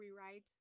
rewrite